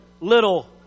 little